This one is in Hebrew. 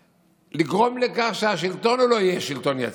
לגרום לכך שהשלטון לא יהיה שלטון יציב,